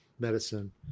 medicine